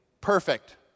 perfect